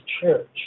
church